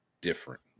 different